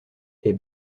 est